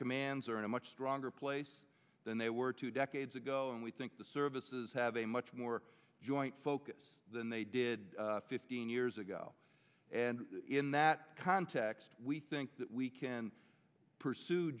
commands are in a much stronger place than they were two decades ago and we think the services have a much more joint focus than they did fifteen years ago and in that context we think that we can pursue